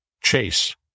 Chase